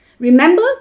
Remember